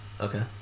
Okay